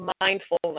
mindfulness